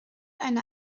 eine